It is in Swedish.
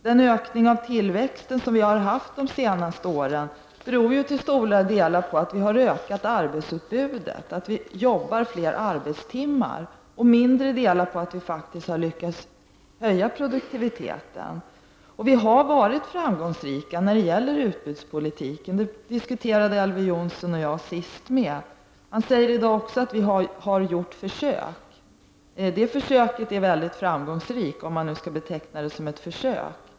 Den ökning av tillväxten som vi har haft under de senaste åren beror till stora delar på att vi har ökat arbetsutbudet, att vi jobbar fler arbetstimmar, och den beror till mindre del på att vi faktiskt har lyckats höja produktiviteten. Vi har varit framgångsrika i fråga om utbudspolitiken, något som Elver Jonsson och jag också diskuterade vid ett tidigare tillfälle. Han säger i dag att vi har gjort försök. Det försöket, om det nu skall betecknas som ett försök, är mycket framgångsrikt.